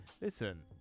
Listen